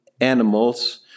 animals